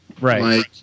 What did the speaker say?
Right